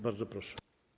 Bardzo proszę.